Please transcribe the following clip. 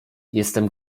jestem